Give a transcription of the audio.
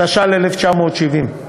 התש"ל 1970,